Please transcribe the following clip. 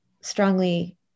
strongly